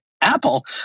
Apple